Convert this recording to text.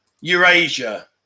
Eurasia